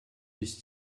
ist